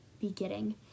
beginning